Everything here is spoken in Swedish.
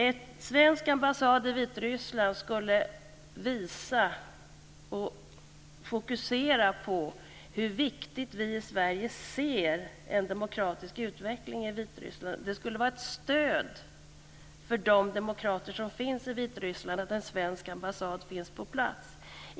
En svensk ambassad i Vitryssland skulle visa och fokusera på hur viktigt det är för oss i Sverige att se en demokratisk utveckling i Vitryssland. Det skulle vara ett stöd för de demokrater som finns i Vitryssland att en svensk ambassad finns på plats.